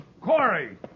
Corey